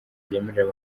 ryemerera